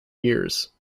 years